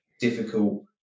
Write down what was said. difficult